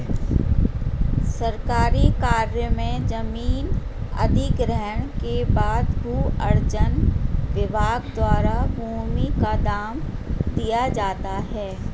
सरकारी कार्य में जमीन अधिग्रहण के बाद भू अर्जन विभाग द्वारा भूमि का दाम दिया जाता है